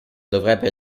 dovrebbe